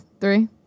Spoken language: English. three